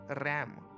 ram